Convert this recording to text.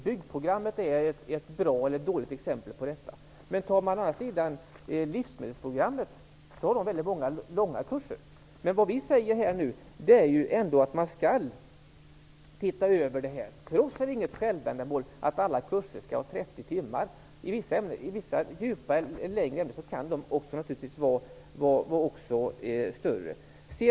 Byggprogrammet är ett bra, eller dåligt, exempel på detta. Livsmedelsprogrammet har däremot många långa kurser. Vad vi nu säger är att detta skall ses över. För oss är det inget självändamål att alla kurser skall vara 30 timmar. I vissa, mera djupgående ämnen kan kurserna naturligtvis vara längre.